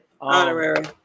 honorary